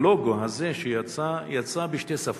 הלוגו הזה, שיצא, יצא בשתי שפות: